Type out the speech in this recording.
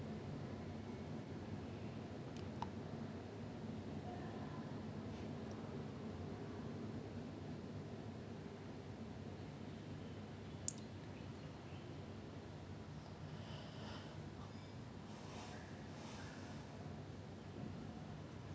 ya that [one] was like he used to send his err he used to send his err cast and crew like boxes filled with disgusting stuff like dead mouses that kind of thing and his excuse was because he was in the character he was method acting the character joaquin phoenix also method acting the character his performance is like a hundred times better than jared like brother